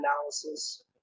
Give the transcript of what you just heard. analysis